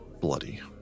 bloody